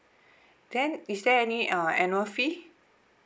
then is there any uh annual fee